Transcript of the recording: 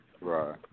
right